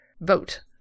vote